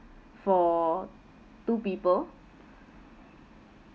for two people